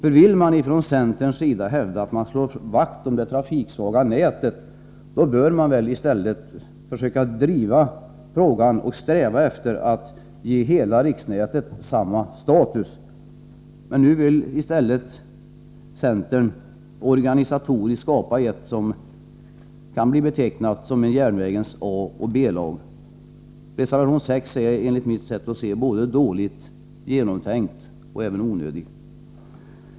Om centern å sin sida hävdar att man vill slå vakt om det trafiksvaga nätet, då bör man väl i stället försöka driva frågan och sträva efter att ge hela riksnätet samma status. Men nu vill alltså centern i organisatoriskt avseende skapa något som kan komma att betecknas som ett järnvägens A och B-lag. Innehållet i reservation 6 är därför enligt min mening både illa genomtänkt och onödigt.